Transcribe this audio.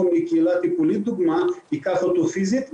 מהקהילה הטיפולית לדוגמה וייקח אותו פיזית,